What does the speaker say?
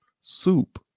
soup